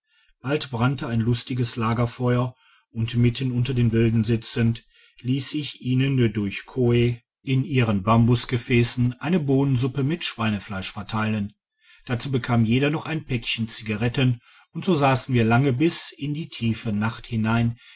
bald brannte ein lustiges lagerfeuer und mitten unter den wilden sitzend liess ich ihnen durch koh in digitized by google ihren bambusgefässen eine bohnensuppe mit schweinefleisch verteilen dazu bekam jeder noch ein päckchen zigaretten und so sassen wir lange bis in die tiefe nacht hinein